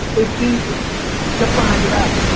it's easy to find it out.